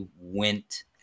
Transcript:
went